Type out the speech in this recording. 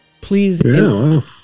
Please